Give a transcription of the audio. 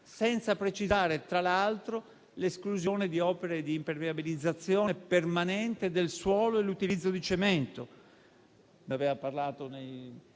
senza precisare tra l'altro l'esclusione di opere di impermeabilizzazione permanente del suolo e l'utilizzo di cemento,